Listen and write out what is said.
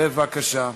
בבקשה.